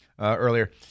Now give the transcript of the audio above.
earlier